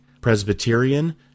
Presbyterian